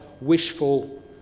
wishful